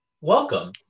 welcome